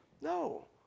No